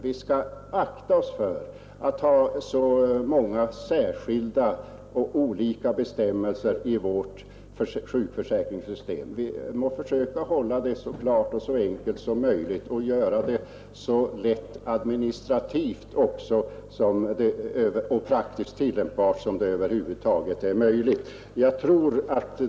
Vi skall akta oss för att ha för många särskilda och olika bestämmelser i vårt sjukförsäkringssystem. Vi måste försöka hålla det klart och enkelt och göra det så lätt administrativt och praktiskt tillämpbart som det över huvud taget är möjligt.